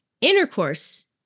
intercourse